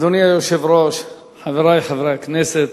אדוני היושב-ראש, חברי חברי הכנסת,